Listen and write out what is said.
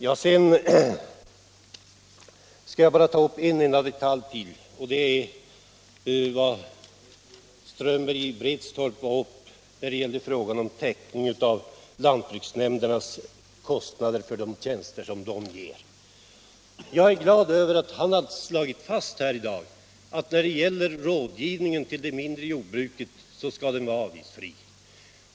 Jag skall bara ta upp en enda detalj till; det som herr Strömberg i Vretstorp nämnde om täckning av lantbruksnämndernas kostnader för de tjänster de ger. Jag är glad över att han i dag har slagit fast att rådgivning till de mindre jordbruken skall vara avgiftsfri.